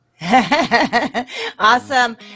Awesome